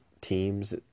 teams